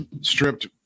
stripped